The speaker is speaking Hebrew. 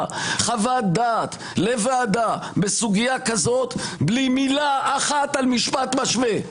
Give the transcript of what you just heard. חוות-דעת לוועדה בסוגיה כזאת בלי מילה אחת על משפט משווה,